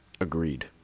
Agreed